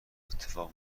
اتفاق